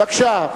בבקשה.